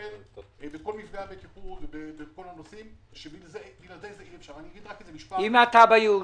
אם התב"ע תאושר ובסופו של דבר אפשר יהיה לשנות את כל המערכת שם,